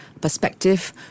perspective